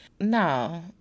no